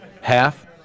Half